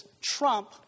trump